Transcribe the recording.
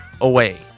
away